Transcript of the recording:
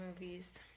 movies